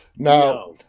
Now